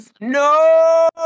No